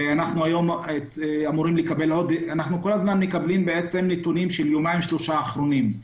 ואנחנו כל הזמן מקבלים נתונים של היומיים שלושה האחרונים.